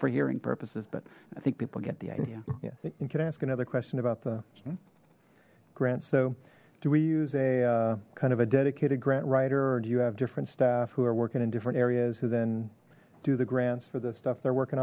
for hearing purposes but i think people get the idea yeah i think you can ask another question about the grant so do we use a kind of a dedicated grant writer or do you have different staff who are working in different areas who then do the grants for this stuff they're working